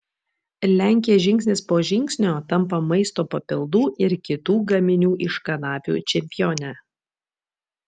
lenkija žingsnis po žingsnio tampa maisto papildų ir kitų gaminių iš kanapių čempione